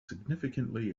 significantly